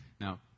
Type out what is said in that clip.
Now